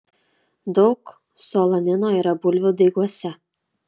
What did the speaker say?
daug solanino yra bulvių daiguose